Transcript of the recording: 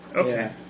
okay